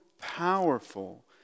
powerful